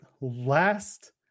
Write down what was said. last